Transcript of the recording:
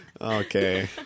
Okay